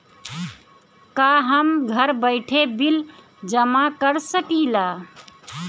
का हम घर बइठे बिल जमा कर शकिला?